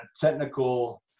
technical